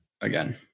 again